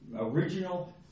original